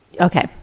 Okay